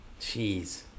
Jeez